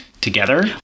together